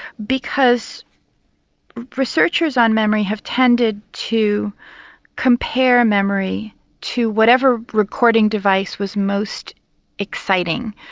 because researchers on memory have tended to compare memory to whatever recording device was most exciting,